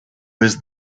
was